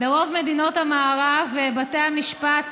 ברוב מדינות המערב בתי המשפט